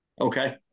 Okay